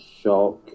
Shock